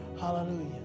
Hallelujah